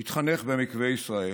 הוא התחנך במקווה ישראל,